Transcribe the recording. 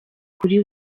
kuri